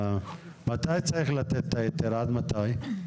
מתי צריך לתת את ההיתר, עד מתי?